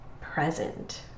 present